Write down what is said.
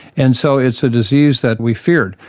and so it's a disease that we fear.